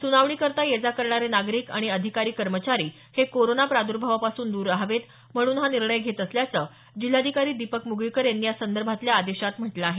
सूनावणी करीता ये जा करणारे नागरीक आणि अधिकारी कर्मचारी हे कोरोना प्रादुर्भावापासून दूर रहावेत म्हणून हा निर्णय घेत असल्याचं जिल्हाधिकारी दीपक मुगळीकर यांनी या संदर्भातील आदेशात म्हटल आहे